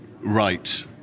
right